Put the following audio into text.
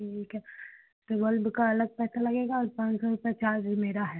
ठीक है तो बल्ब का अलग पैसा लगेगा और पान सौ रुपये चार्ज मेरा है